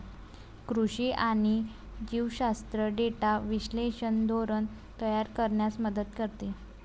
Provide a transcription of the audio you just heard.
कृषी आणि जीवशास्त्र डेटा विश्लेषण धोरण तयार करण्यास मदत करते